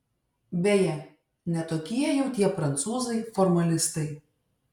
beje ne tokie jau tie prancūzai formalistai